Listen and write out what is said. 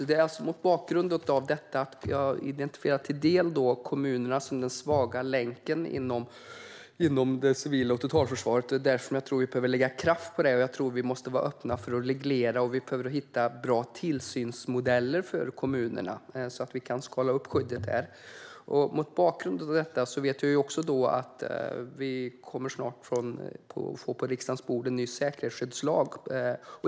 Det är alltså mot bakgrund av detta jag till del identifierar kommunerna som den svaga länken inom det civila försvaret och totalförsvaret. Det är därför jag tror att vi behöver lägga kraft på det, och jag tror att vi måste vara öppna för att reglera. Vi behöver hitta bra tillsynsmodeller för kommunerna, så att vi kan skala upp skyddet där. Jag vet även att vi snart kommer att få en ny säkerhetsskyddslag på riksdagens bord.